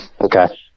Okay